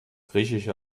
griechische